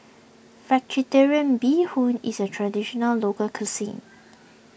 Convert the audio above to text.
Vegetarian Bee Hoon is a Traditional Local Cuisine